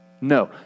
No